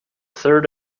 third